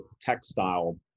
textile